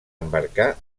embarcar